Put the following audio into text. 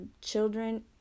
children